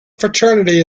fraternity